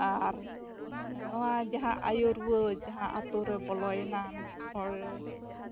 ᱟᱨ ᱱᱚᱣᱟ ᱡᱟᱦᱟᱸ ᱟᱭᱳ ᱨᱩᱣᱟᱹ ᱡᱟᱦᱟᱸ ᱟᱛᱳ ᱨᱮ ᱵᱚᱞᱚᱭᱮᱱᱟ ᱢᱤᱫ ᱦᱚᱲᱮ